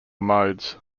modes